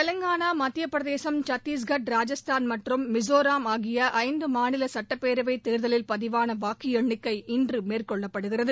தெலங்கானா மத்தியபிரதேசம் சத்தீஷ்கட் ராஜஸ்தான் மற்றும் மிசோராம் ஆகிய ஐந்து மாநில சுட்டப்பேரவைத் தேர்தலில் பதிவான வாக்கு எண்ணிக்கை இன்று மேற்கொள்ளப்படுகிறது